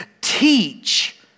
teach